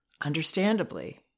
understandably